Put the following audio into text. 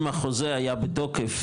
אם החוזה היה בתוקף,